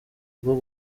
rwo